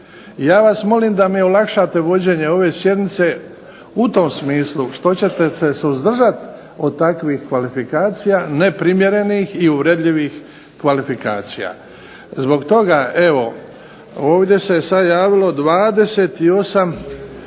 Ja vas molim da mi olakšate vođenje ove sjednice u tom smislu što ćete se suzdržati od takvih kvalifikacija neprimjerenih i uvredljivih kvalifikacija. Zbog toga evo sada se javilo 28